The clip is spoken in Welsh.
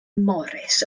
morris